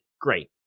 great